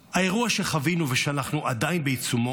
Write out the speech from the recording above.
האירוע שחווינו, ושאנחנו עדיין בעיצומו,